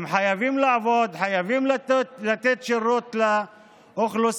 הם חייבים לעבוד, הם חייבים לתת שירות לאוכלוסייה.